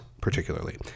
particularly